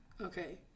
okay